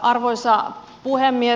arvoisa puhemies